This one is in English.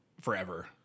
forever